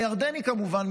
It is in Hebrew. הירדני כמובן,